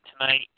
tonight